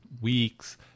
weeks